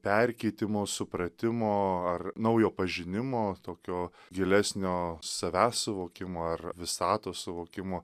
perkeitimo supratimo ar naujo pažinimo tokio gilesnio savęs suvokimo ar visatos suvokimo